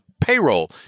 payroll